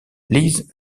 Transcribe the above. liz